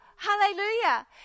Hallelujah